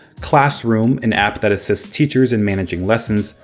classroom an app that assists teachers in managing lessons,